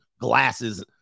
glasses